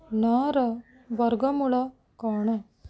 ନଅର ବର୍ଗ ମୂଳ କ'ଣ